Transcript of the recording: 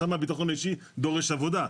שם הביטחון האישי דורש עבודה.